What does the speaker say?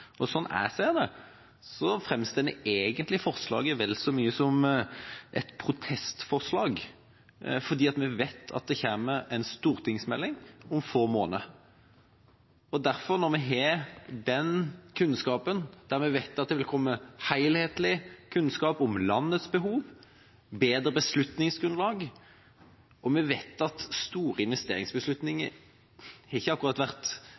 et protestforslag, for vi vet at det kommer en stortingsmelding om få måneder. Derfor, når vi vet at det vil komme helhetlig kunnskap om landets behov og bedre beslutningsgrunnlag, og når vi vet at det ikke akkurat har vært tradisjon at Stortinget har fattet store investeringsbeslutninger